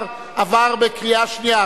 12) עברה בקריאה שנייה.